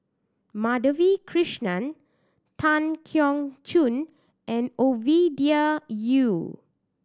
Madhavi Krishnan Tan Keong Choon and Ovidia Yu